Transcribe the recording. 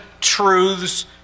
truths